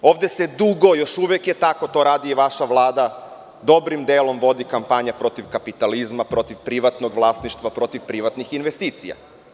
Ovde se dugo, još uvek je tako, to radi i vaša Vlada, dobrim delom vodi kampanja protiv kapitalizma, protiv privatnog vlasništva, protiv privatnih investicija.